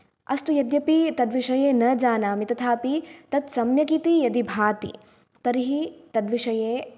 अस्तु यद्यपि तद्विषये न जानामि तथापि तत् सम्यक् इति यदि भाति तर्हि तद्विषये